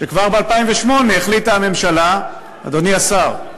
וכבר ב-2008 החליטה הממשלה, אדוני השר,